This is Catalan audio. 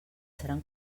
seran